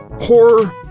horror